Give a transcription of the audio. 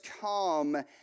come